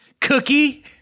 Cookie